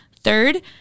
Third